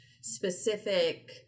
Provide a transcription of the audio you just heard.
specific